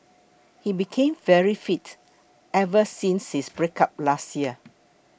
he became very fit ever since his breakup last year